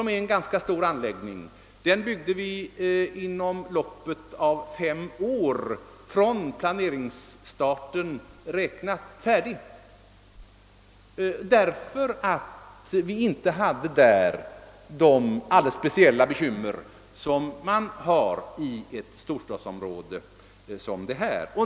Det är en ganska stor anläggning som från planeringsstarten byggdes färdig inom loppet av fem år. Detta kunde ske därför att vi slapp ifrån de speciella bekymmer som föreligger i ett storstadsområde.